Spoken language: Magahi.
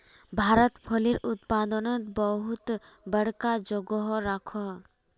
भारत फलेर उत्पादनोत बहुत बड़का जोगोह राखोह